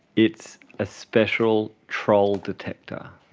it's a special troll detector.